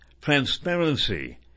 transparency